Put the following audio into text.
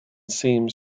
seems